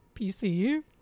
PC